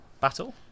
battle